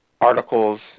articles